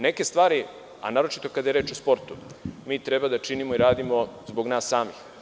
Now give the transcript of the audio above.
Neke stvari, a naročito kada je reč o sportu, mi treba da činimo i radimo zbog nas samih.